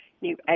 new